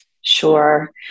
Sure